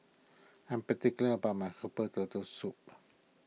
I am particular about my Herbal Turtle Soup